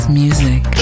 music